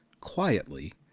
quietly